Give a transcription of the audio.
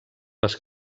les